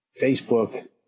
Facebook